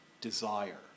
desire